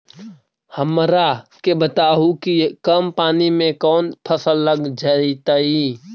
हमरा के बताहु कि कम पानी में कौन फसल लग जैतइ?